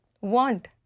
want